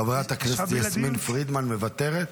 חברת הכנסת יסמין פרידמן, מוותרת?